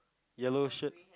yellow shirt